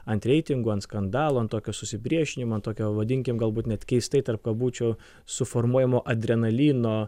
ant reitingų ant skandalų ant tokio susipriešinimo tokio vadinkim galbūt net keistai tarp kabučių suformuojamo adrenalino